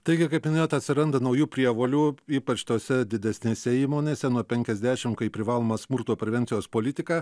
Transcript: taigi kaip minėjote atsiranda naujų prievolių ypač tose didesnėse įmonėse nuo penkiasdešimt kai privaloma smurto prevencijos politika